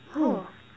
[ho]